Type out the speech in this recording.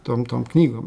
tom tom knygom